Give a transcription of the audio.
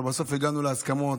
אבל בסוף הגענו להסכמות,